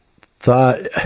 thought